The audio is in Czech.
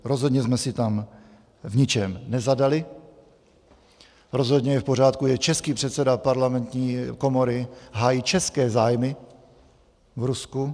Rozhodně jsme si tam v ničem nezadali, rozhodně je v pořádku, že český předseda parlamentní komory hájí české zájmy v Rusku.